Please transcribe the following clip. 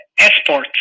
Esports